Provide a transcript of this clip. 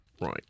Right